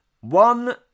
One